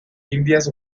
indias